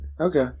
Okay